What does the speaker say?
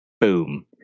Boom